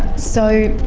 so